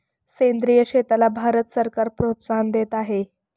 सेंद्रिय शेतीला भारत सरकार प्रोत्साहन देत आहे